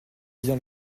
vient